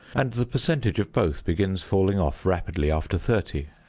and the percentage of both begins falling off rapidly after thirty.